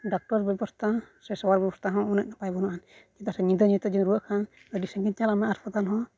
doctor ᱵᱮᱵᱚᱥᱛᱷᱟ ᱥᱮ ᱥᱟᱶᱟᱨ ᱵᱮᱵᱚᱥᱛᱷᱟ ᱦᱚᱸ ᱩᱱᱟᱹᱜ ᱱᱟᱯᱟᱭ ᱵᱟᱹᱱᱩᱜᱼᱟ ᱪᱮᱫᱟᱜ ᱥᱮ ᱧᱤᱫᱟᱹ ᱧᱩᱛᱟᱹ ᱡᱩᱫᱤᱢ ᱨᱩᱣᱟᱹᱜ ᱠᱷᱟᱱ ᱟᱹᱰᱤ ᱥᱟᱺᱜᱤᱧ ᱪᱟᱞᱟᱜ ᱢᱮ ᱦᱟᱸᱥᱯᱟᱛᱟᱞ ᱦᱚᱸ